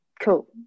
cool